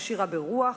עשירה ברוח,